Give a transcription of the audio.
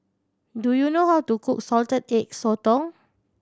do you know how to cook Salted Egg Sotong